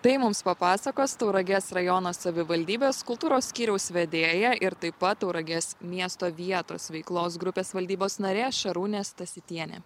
tai mums papasakos tauragės rajono savivaldybės kultūros skyriaus vedėja ir taip pat tauragės miesto vietos veiklos grupės valdybos narė šarūnė stasytienė